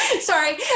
Sorry